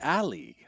alley